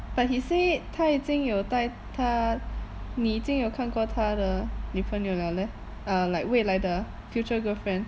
but he said 他已经有带他你已经有看过他的女朋友了 leh err like 未来的 future girlfriend